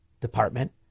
Department